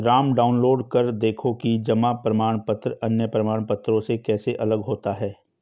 Ram download कर देखो कि जमा प्रमाण पत्र अन्य प्रमाण पत्रों से कैसे अलग होता है?